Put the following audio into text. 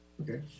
okay